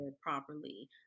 properly